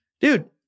Dude